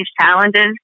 challenges